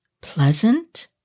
pleasant